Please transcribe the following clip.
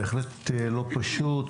בהחלט לא פשוט.